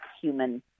human